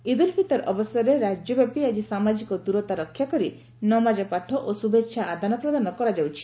ଇଦୁଲଫିତର ଅବସରରେ ରାଜ୍ୟବ୍ୟାପୀ ଆଜି ସାମାଜିକ ଦୂରତା ରକ୍ଷାକରି ନମାଜପାଠ ଓ ଶୁଭେଛା ଆଦାନପ୍ରଦାନ କରାଯାଇଛି